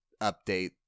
update